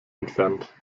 entfernt